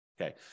Okay